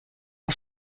der